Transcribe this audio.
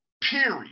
Period